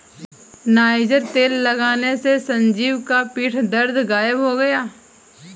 niger तेल लगाने से संजीव का पीठ दर्द गायब हो गया